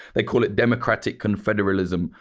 they call it democratic confederalism.